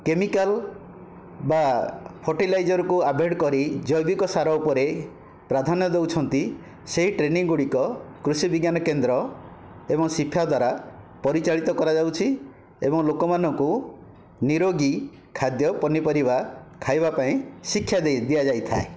chemical ବା ଫଟିଲାଇଜର୍କୁ avoid କରି ଜୈବିକ ସାର ଉପରେ ପ୍ରଧାନ୍ୟ ଦେଉଛନ୍ତି ସେହି ଟ୍ରେନିଂ ଗୁଡ଼ିକ କୃଷିବିଜ୍ଞାନ କେନ୍ଦ୍ର ଏବଂ ଶିକ୍ଷା ଦ୍ଵାରା ପରିଚାଳିତ କରାଯାଉଛି ଏବଂ ଲୋକମାନଙ୍କୁ ନିରୋଗୀ ଖାଦ୍ୟ ପନିପରିବା ଖାଇବା ପାଇଁ ଶିକ୍ଷା ଦେଇ ଦିଆଯାଇଥାଏ